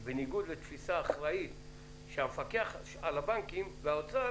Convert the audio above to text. שהם בניגוד לתפיסה אחראית שהמפקח על הבנקים והאוצר